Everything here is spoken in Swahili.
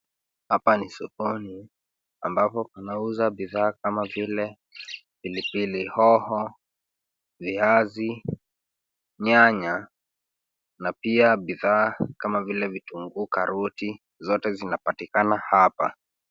Hapa ni sokoni, ambapo panauza bidhaa kama vile, pilipili hoho, viazi, nyanya, na pia bidhaa kama vile, vitunguu, karoti. Zote zinapatikana hapa.